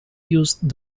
used